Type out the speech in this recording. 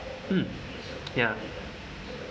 um ya